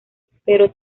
pero